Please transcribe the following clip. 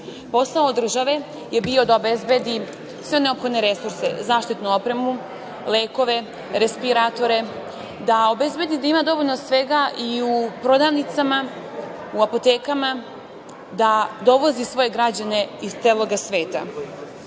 Posao države je bio da obezbedi sve neophodne resurse, zaštitnu opremu, lekove, respiratore, da obezbedi da ima dovoljno svega i u prodavnicama, apotekama, da dovozi svoje građane iz celoga sveta,